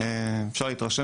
אפשר להתרשם